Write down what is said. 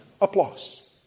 applause